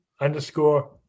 underscore